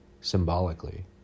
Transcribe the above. symbolically